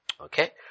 Okay